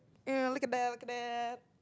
girl look at that look at that